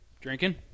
Drinking